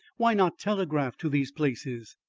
why not telegraph to these places?